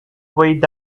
weighted